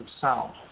sound